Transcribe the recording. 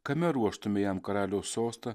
kame ruoštume jam karaliaus sostą